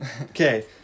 okay